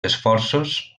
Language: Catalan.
esforços